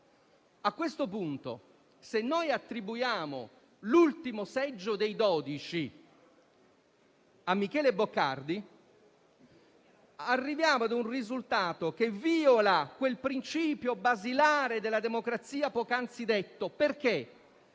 A questo punto, se attribuiamo l'ultimo seggio dei dodici a Michele Boccardi, arriviamo ad un risultato che viola quel principio basilare della democrazia pocanzi detto perché